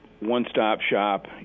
one-stop-shop